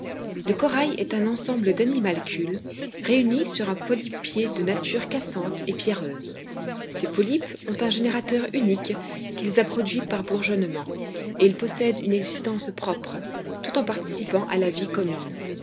le corail est un ensemble d'animalcules réunis sur un polypier de nature cassante et pierreuse ces polypes ont un générateur unique qui les a produits par bourgeonnement et ils possèdent une existence propre tout en participant à la vie commune